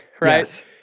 right